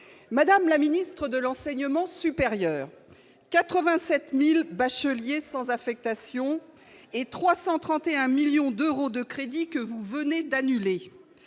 Madame la ministre de l'enseignement supérieur 87000 bacheliers sans affectation et 331 millions d'euros de crédit que vous venez d'annuler,